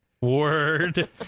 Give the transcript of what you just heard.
Word